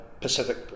Pacific